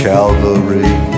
Calvary